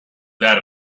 that